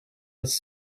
was